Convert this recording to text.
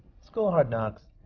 school of hard knocks.